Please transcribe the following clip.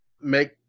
make